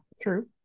true